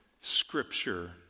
scripture